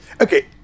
Okay